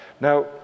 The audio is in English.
now